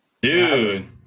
Dude